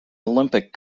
olympic